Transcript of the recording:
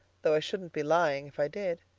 though i shouldn't be lying if i did.